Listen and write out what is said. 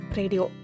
radio